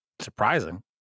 surprising